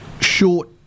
Short